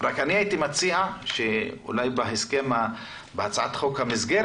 רק אני הייתי מציע שאולי בהצעת החוק המסגרת